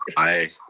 aye.